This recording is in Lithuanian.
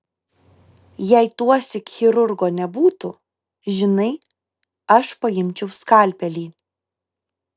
jei tuosyk chirurgo nebūtų žinai aš paimčiau skalpelį